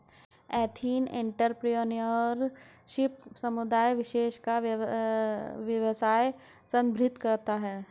ethnic entrepreneurship समुदाय विशेष का व्यवसाय संदर्भित करता है